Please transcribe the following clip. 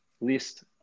least